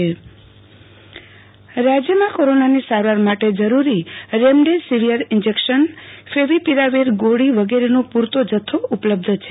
આરતી ભટ રાજય કોરોના સારવાર રાજયમાં કોરોનાની સારવાર માટે જરૂરી રેમડેસીવીર ઈન્જેકશન ફેવીપોરાવીર ગોળી વગેરેનો પુરતો જથ્થો ઉપલબધ્ધ છે